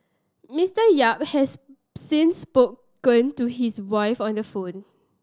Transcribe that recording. Mister Yap has since spoken to his wife on the phone